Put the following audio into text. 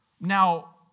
Now